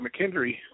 McKendry